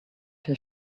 his